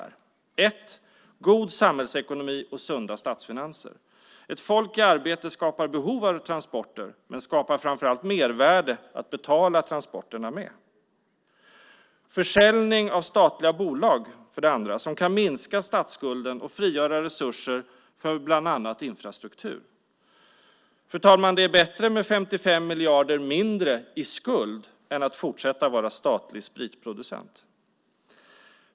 För det första: God samhällsekonomi och sunda statsfinanser. Ett folk i arbete skapar behov av transporter men skapar framför allt mervärde att betala transporterna med. Försäljning av statliga bolag kan, för det andra, minska statsskulden och frigöra resurser för bland annat infrastruktur. Det är bättre, fru talman, med 55 miljarder mindre i skuld än att fortsätta att vara statlig spritproducent.